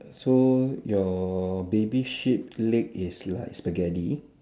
so your baby sheep leg is like Spaghetti